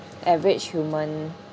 average human